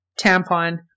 tampon